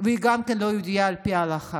והיא גם כן לא יהודייה על פי ההלכה.